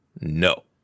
No